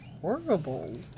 horrible